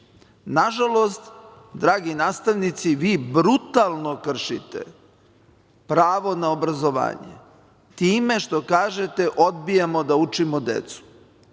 Nažalost, dragi nastavnici, vi brutalno kršite pravo na obrazovanje time što kažete, odbijamo da učimo decu.